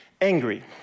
angry